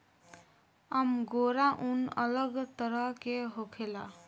angora ऊन अलग तरह के होखेला